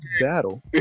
battle